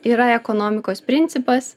yra ekonomikos principas